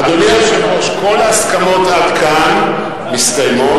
אדוני היושב-ראש, כל ההסכמות עד כאן מסתיימות.